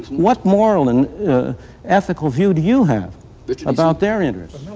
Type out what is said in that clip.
what moral and ethical view do you have about their interests?